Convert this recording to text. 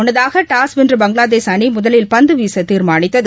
முன்னதாக டாஸ் வென்ற பங்களாதேஷ் அணி முதலில் பந்துவீச தீர்மானித்தது